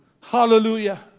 Hallelujah